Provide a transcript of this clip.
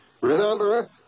Remember